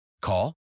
Call